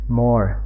more